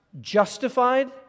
justified